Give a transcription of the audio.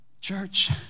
church